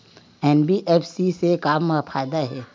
NBFC से का फ़ायदा हे?